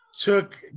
took